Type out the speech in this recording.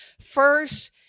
First